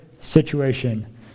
situation